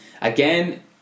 Again